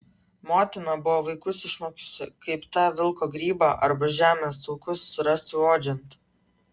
motina buvo vaikus išmokiusi kaip tą vilko grybą arba žemės taukus surasti uodžiant